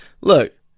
look